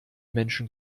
menschen